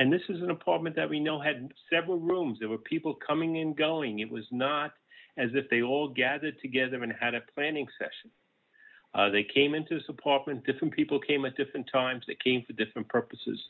and this is an apartment that we know had several rooms there were people coming and going it was not as if they all gathered together and had a planning session they came into this apartment different people came at different times it came for different purposes